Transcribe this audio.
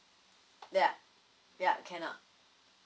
ya ya cannot